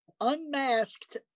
unmasked